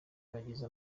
bagize